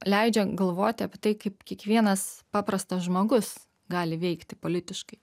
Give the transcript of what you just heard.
leidžia galvoti apie tai kaip kiekvienas paprastas žmogus gali veikti politiškai